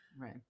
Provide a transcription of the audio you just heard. Right